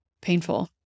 Painful